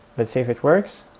let's see if it works.